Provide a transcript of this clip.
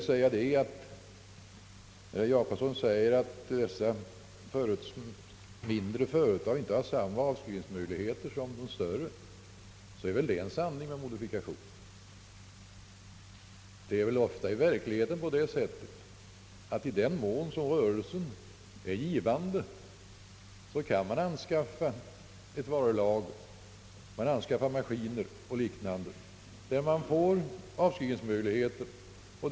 Herr Gösta Jacobsson påstår att mindre företag inte har samma avskrivningsmöjligheter som större, vilket jag dock måste beteckna såsom en sanning med modifikation. I verkligheten är det väl ofta så att man, i den mån som rörelsen är givande, kan anskaffa varulager, maskiner och liknande, för vilket det finns avskrivningsmöjligheter.